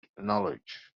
knowledge